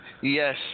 Yes